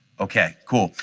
okay. cool.